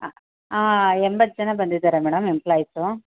ಹಾಂ ಎಂಬತ್ತು ಜನ ಬಂದಿದ್ದಾರೆ ಮೇಡಮ್ ಎಂಪ್ಲಾಯಿಸು